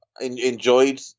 enjoyed